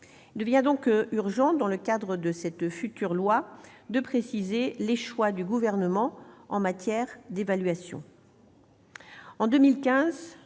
Il devient donc urgent, dans le cadre de ce futur texte, de préciser les choix du Gouvernement en matière d'évaluation.